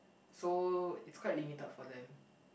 so it's quite limited for them